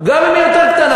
גם אם היא יותר קטנה.